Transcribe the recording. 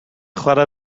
chwarae